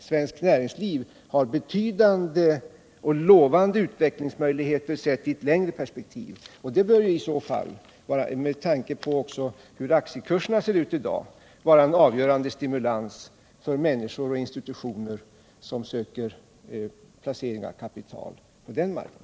Svenskt näringsliv har betydande och lovande utvecklingsmöjligheter sett i ett längre perspektiv, och det bör i så fall med tanke på hur aktiekurserna ser ut i dag vara en avgörande stimulans för människor och institutioner som söker placering av kapital på den marknaden.